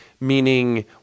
Meaning